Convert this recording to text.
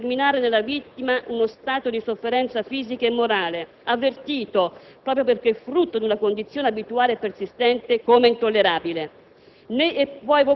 significa "determinare nella vittima uno stato di sofferenza fisica e morale, avvertito, proprio perché frutto di una condizione abituale e persistente, come intollerabile".